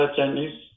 Chinese